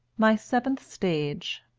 my seventh stage